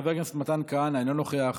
חבר הכנסת מתן כהנא, אינו נוכח,